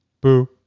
boo